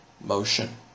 motion